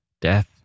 death